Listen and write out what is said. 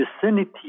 vicinity